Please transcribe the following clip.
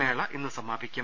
മേള ഇന്നു സമാപിക്കും